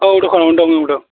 औ दखानावनो दं औ दं